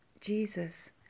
Jesus